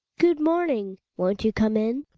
good morning. won't you come in?